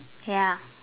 ya